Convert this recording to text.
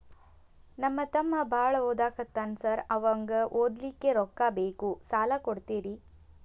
ನಮ್ಮ ತಮ್ಮ ಬಾಳ ಓದಾಕತ್ತನ ಸಾರ್ ಅವಂಗ ಓದ್ಲಿಕ್ಕೆ ರೊಕ್ಕ ಬೇಕು ಸಾಲ ಕೊಡ್ತೇರಿ?